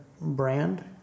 brand